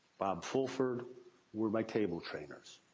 bob fulford were my table trainers.